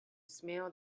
smell